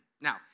Now